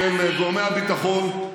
של גורמי הביטחון,